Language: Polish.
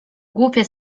głupie